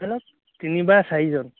ধৰি লওক তিনিৰ পৰা চাৰিজন